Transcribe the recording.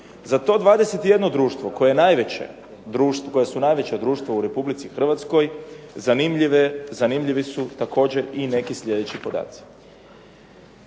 Za to 21 društvo, koja su najveća društva u Republici Hrvatskoj, zanimljivi su također i neki sljedeći podaci.